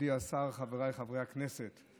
מכובדי השר, חבריי חברי הכנסת,